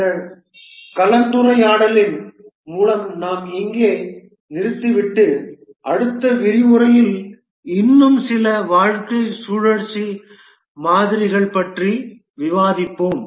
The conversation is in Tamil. இந்த கலந்துரையாடலின் மூலம் நாம் இங்கே நிறுத்திவிட்டு அடுத்த விரிவுரையில் இன்னும் சில வாழ்க்கை சுழற்சி மாதிரிகள் பற்றி விவாதிப்போம்